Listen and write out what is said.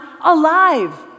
alive